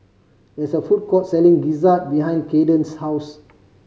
there's a food court selling gizzard behind Caiden's house